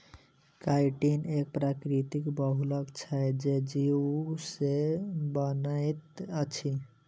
chitin एक प्राकृतिक बहुलक छै जे जीव से बनैत अछि